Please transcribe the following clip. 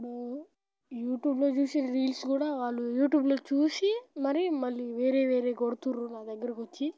ఇప్పుడు యూట్యూబ్లో చూసి రీల్స్ కూడా వాళ్ళు యూట్యూబ్లో చూసి మరీ మళ్ళీ వేరే వేరే కొడుతుర్రు నా దగ్గరకు వచ్చి